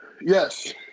Yes